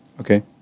Okay